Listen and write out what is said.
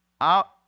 out